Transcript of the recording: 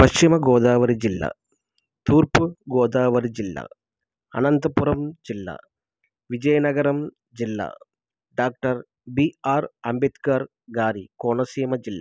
పశ్చిమ గోదావరి జిల్లా తూర్పుగోదావరి జిల్లా అనంతపురం జిల్లా విజయనగరం జిల్లా డాక్టర్ బీఆర్ అంబేద్కర్ గారి కోనసీమ జిల్లా